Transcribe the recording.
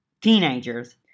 Teenagers